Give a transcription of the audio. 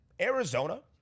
Arizona